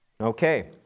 Okay